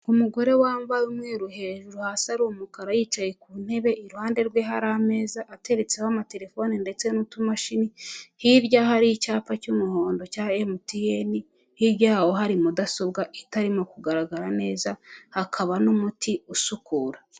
Umugore wambaye umweru hejuru, hasi ari umukara yicaye ku ntebe, iruhande rwe hari ameza ateretseho amatelefone ndetse n'utumashini, hirya hari icyapa cy'umuhondo cya MTN, hirya y'aho hari mudasobwa itarimo kugaragara neza, hakaba n'umuti usukura.